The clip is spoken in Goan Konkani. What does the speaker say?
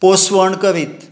पोसवण करीत